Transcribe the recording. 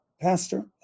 Pastor